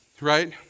right